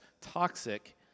toxic